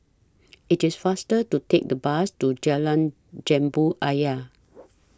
IT IS faster to Take The Bus to Jalan Jambu Ayer